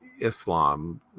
Islam